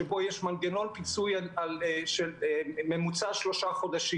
שבו יש מנגנון פיצוי על ממוצע שלושה חודשים.